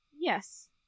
Yes